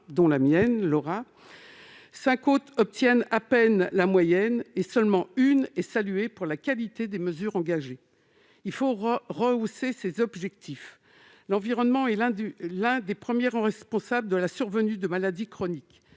dont la mienne, l'Auvergne-Rhône-Alpes ; cinq autres obtiennent à peine la moyenne, et seule une région est saluée pour la qualité des mesures engagées. Il faut rehausser nos objectifs. L'environnement est l'un des premiers responsables de la survenue de maladies chroniques.